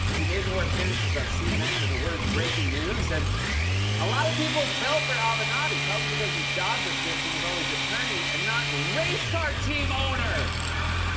he made more appearances on cnn than the words breaking news. and a lot of people fell for avenatti, probably because his job description was always attorney and not racecar team owner!